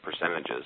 percentages